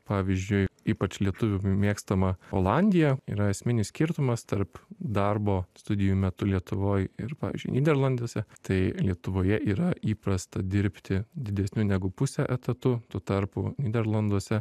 pavyzdžiui ypač lietuvių mėgstama olandija yra esminis skirtumas tarp darbo studijų metu lietuvoj ir pavyzdžiui nyderlanduose tai lietuvoje yra įprasta dirbti didesniu negu pusė etatu tuo tarpu nyderlanduose